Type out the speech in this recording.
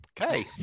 Okay